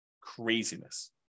Craziness